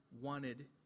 wanted